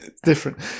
different